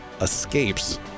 escapes